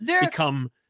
become